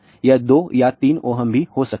यह दो या तीन ओहम भी हो सकता है